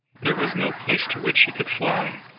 there was no place to which he could fly,